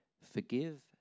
Forgive